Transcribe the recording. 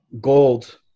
gold